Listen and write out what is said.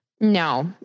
No